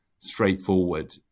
straightforward